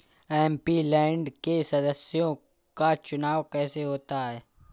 MP land के सदस्यों का चुनाव कैसे होता है?